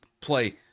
play